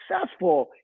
successful